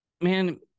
man